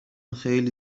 خیلی